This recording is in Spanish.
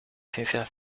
ciencias